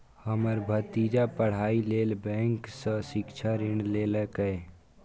हमर भतीजा पढ़ाइ लेल बैंक सं शिक्षा ऋण लेलकैए